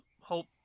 hope